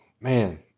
man